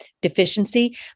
deficiency